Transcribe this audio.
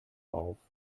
auf